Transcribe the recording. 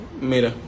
Mira